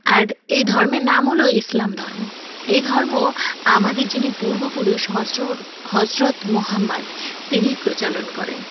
আর এই ধর্মের নাম হলো ইসলাম ধর্ম এই ধর্ম আমাদের যিনি পূর্বপুরুষ হজরত মহম্মদ তিনিই প্রচালন করেন